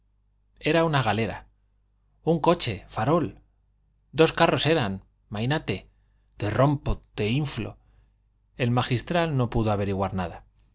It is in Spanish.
era una galera un coche farol dos carros eran mainate te rompo te inflo el magistral no pudo averiguar nada